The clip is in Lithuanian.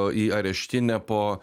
į areštinę po